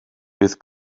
bydd